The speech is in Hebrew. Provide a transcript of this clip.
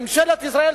ממשלת ישראל,